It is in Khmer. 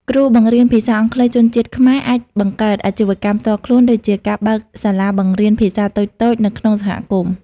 គ្រូបង្រៀនភាសាអង់គ្លេសជនជាតិខ្មែរអាចបង្កើតអាជីវកម្មផ្ទាល់ខ្លួនដូចជា ការបើកសាលាបង្រៀនភាសាតូចៗនៅក្នុងសហគមន៍។